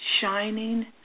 shining